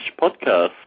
podcast